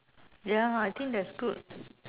ya I think that's good